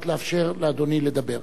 כדי לאפשר לאדוני לדבר.